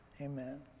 Amen